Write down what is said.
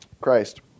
Christ